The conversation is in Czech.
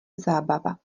zábava